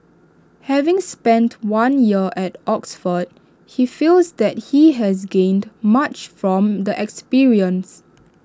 having spent one year at Oxford he feels that he has gained much from the experience